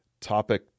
Topic